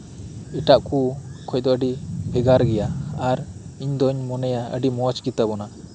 ᱮᱴᱟᱜ ᱠᱩ ᱠᱷᱚᱡ ᱫᱚ ᱟᱹᱰᱤ ᱵᱷᱮᱜᱟᱨ ᱜᱮᱭᱟ ᱟᱨ ᱤᱧᱫᱚᱧ ᱢᱚᱱᱮᱭᱟ ᱟᱹᱰᱤ ᱢᱚᱪ ᱜᱮᱛᱟᱵᱚᱱᱟ